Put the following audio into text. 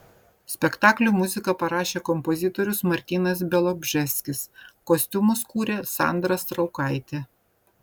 spektakliui muziką parašė kompozitorius martynas bialobžeskis kostiumus kūrė sandra straukaitė